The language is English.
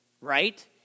right